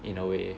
in a way